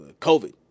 COVID